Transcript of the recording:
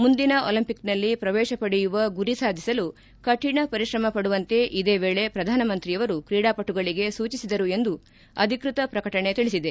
ಮುಂದಿನ ಒಲಂಪಿಕ್ನಲ್ಲಿ ಪ್ರವೇಶ ಪಡೆಯುವ ಗುರಿ ಸಾಧಿಸಲು ಕಠಿಣ ಪರಿಶ್ರಮ ಪಡುವಂತೆ ಇದೇ ವೇಳೆ ಪ್ರಧಾನಮಂತ್ರಿಯವರು ಕ್ರೀಡಾಪಟುಗಳಿಗೆ ಸೂಚಿಸಿದರು ಎಂದು ಅಧಿಕೃತ ಪ್ರಕಟಣೆ ತಿಳಿಸಿದೆ